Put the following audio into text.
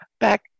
Back